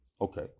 Okay